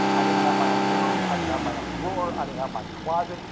i didn't have my own room, i didn't have my own drawer, i didn't have my closet.